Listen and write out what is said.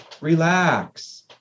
relax